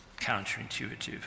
counterintuitive